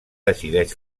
decideix